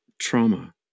trauma